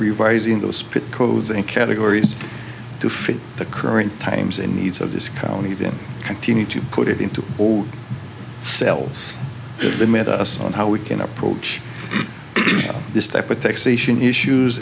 revising the spin codes and categories to fit the current times in needs of this county them continue to put it into sells has been made us on how we can approach this type of taxation issues